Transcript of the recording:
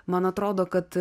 man atrodo kad